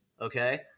okay